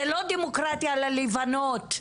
זה לא דמוקרטיה ללבנות,